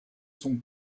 son